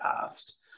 past